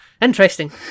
Interesting